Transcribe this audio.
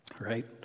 right